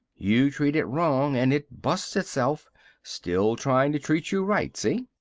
you treat it wrong and it busts itself still tryin' to treat you right. see?